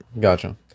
Gotcha